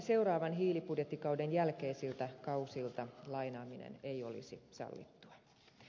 seuraavan hiilibudjettikauden jälkeisiltä kausilta lainaaminen ei olisi sallittua